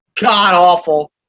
god-awful